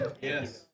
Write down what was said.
Yes